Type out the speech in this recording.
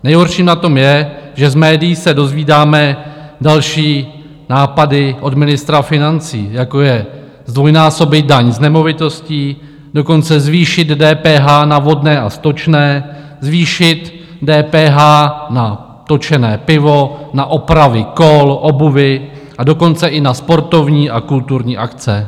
Nejhorší na tom je, že z médií se dozvídáme další nápady od ministra financí, jako je zdvojnásobit daň z nemovitostí, dokonce zvýšit DPH na vodné a stočné, zvýšit DPH na točené pivo, na opravy kol, obuvi, a dokonce i na sportovní a kulturní akce.